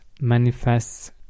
manifests